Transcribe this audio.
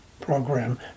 program